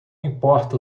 importa